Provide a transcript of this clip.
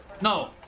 No